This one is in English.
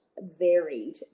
varied